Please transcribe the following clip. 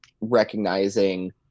recognizing